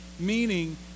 Meaning